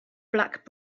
black